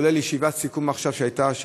כולל ישיבת סיכום שהייתה עכשיו,